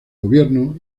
gobierno